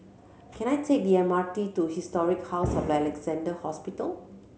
can I take the M R T to Historic House of Alexandra Hospital